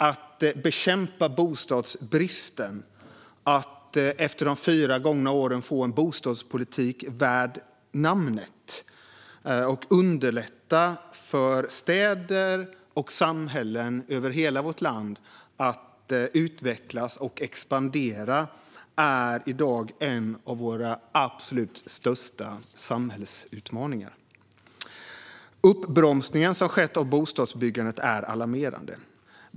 Att bekämpa bostadsbristen, att efter de fyra gångna åren få en bostadspolitik värd namnet och underlätta för städer och samhällen över hela vårt land att utvecklas och expandera är i dag en av våra absolut största samhällsutmaningar. Uppbromsningen som skett av bostadsbyggandet är alarmerande.